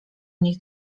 nich